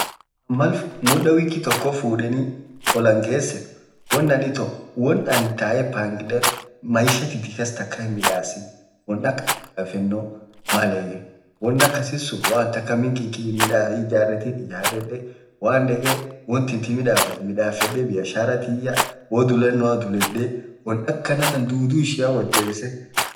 mudaa wikii toko fudenii oll angesen woan aninn itoo tae pangedee woan aninn maishaa tinti kas takaa hinmidasin midafeno woanakasii sun malanin minkinki hiijaretiin ijaredee biasharaa tiyy midafedee woo dulenoa duledee woan akana taan kulii ishia woat jebisee.